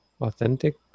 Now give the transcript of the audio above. authentic